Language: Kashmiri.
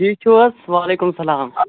ٹھیٖک چھُو حظ وعلیکُم سَلام